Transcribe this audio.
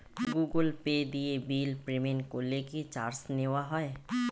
Google Pay দিয়ে bill payment করলে কি চার্জ নেওয়া হয়?